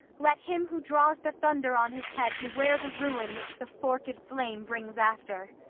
let him who draws the thunder on his head beware the ruin which the forked flame brings after.